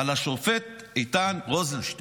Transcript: יש פה תמלילי שיחות: